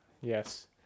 yes